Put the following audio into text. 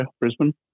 Brisbane